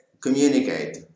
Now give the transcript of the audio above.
communicate